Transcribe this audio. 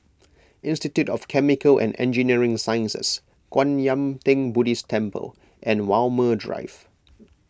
Institute of Chemical and Engineering Sciences Kwan Yam theng Buddhist Temple and Walmer Drive